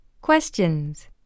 Questions